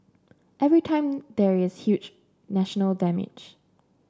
every time there is huge national damage